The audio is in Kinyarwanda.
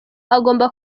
agomba